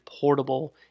portable